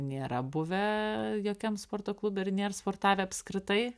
nėra buvę jokiam sporto klube ir nėr sportavę apskritai